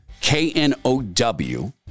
K-N-O-W